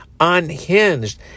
unhinged